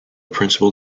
principal